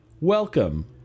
Welcome